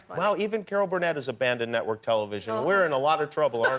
wow, even carol burnett has abandoned network television. we're in a lot of trouble, aren't